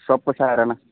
ಸೊಪ್ಪು ಸಾರೆನ